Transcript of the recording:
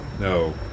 No